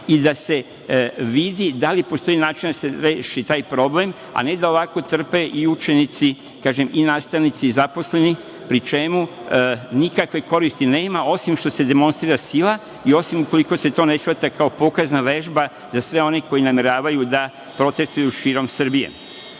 i da se vidi da li postoji način da se reši taj problem, a ne da ovako trpe učenici, nastavnici i zaposleni, pri čemu nikakve koristi nema, osim što se demonstrira silama i osim ukoliko se to ne shvata kao pokazna vežba za sve one koji nameravaju da protestvuju širom Srbije. Moje